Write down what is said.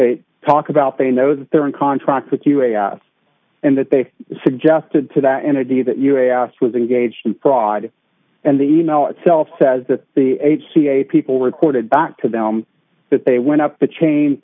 they talk about they know that they're in contract with you and that they suggested to that in a day that you asked was engaged in fraud and the e mail itself says that the h c a people reported back to them that they went up the chain